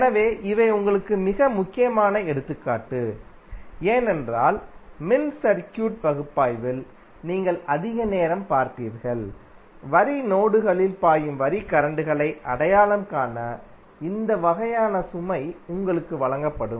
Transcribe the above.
எனவே இவை உங்களுக்கு மிக முக்கியமான எடுத்துக்காட்டு ஏனென்றால் மின்சர்க்யூட் பகுப்பாய்வில் நீங்கள் அதிக நேரம் பார்ப்பீர்கள் வரி நோடுகளில் பாயும் வரி கரண்ட்களை அடையாளம் காண இந்த வகையான சுமை உங்களுக்கு வழங்கப்படும்